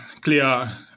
clear